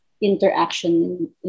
interaction